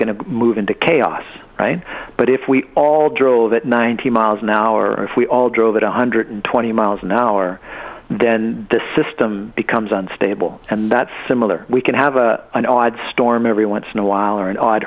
going to move into chaos right but if we all drove at ninety miles an hour if we all drove at one hundred twenty miles an hour then the system becomes unstable and that's similar we can have a i know i'd storm every once in a while or an